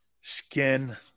skin